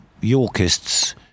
Yorkists